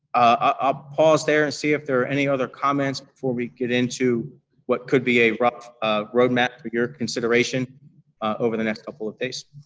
ah pause there and see if there are any other comments before we get into what could be a rough roadmap for your consideration over the next couple of days.